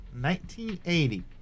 1980